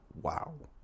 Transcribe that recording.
Wow